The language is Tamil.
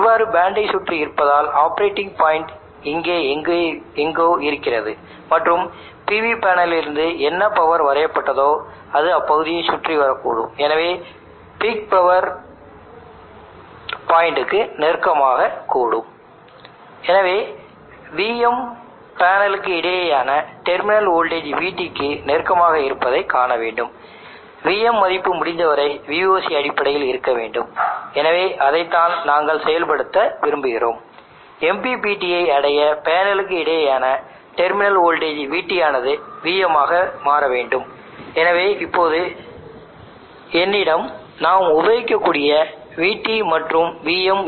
அத்தகைய சந்தர்ப்பத்தில் Im மதிப்பு பாய்கிறது என்றால் ஆப்பரேட்டிங் பாயிண்ட் எங்காவது அல்லது பீக்பவர்பாயின்ட்டுக்கு மிக அருகில் இருக்கும் பின்னர் PVக்கு தானாக வழங்கப்படும் லோடு லைன் மேக்ஸிமம் பவர்பாயின்ட் உடன் தொடர்புடைய லோடு லைன் ஆகும ஆகையால் மேக்ஸிமம் பவர் பாயிண்ட் டிராக்கிங்கை அடைவதற்கு டெர்மினல் கரண்ட் iT MPPT க்கான மதிப்பில் Im ஆக மாற வேண்டும் என்று நாம் கூறலாம்